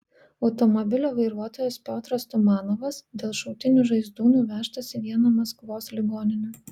automobilio vairuotojas piotras tumanovas dėl šautinių žaizdų nuvežtas į vieną maskvos ligoninių